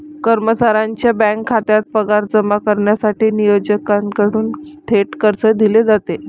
कर्मचाऱ्याच्या बँक खात्यात पगार जमा करण्यासाठी नियोक्त्याकडून थेट कर्ज दिले जाते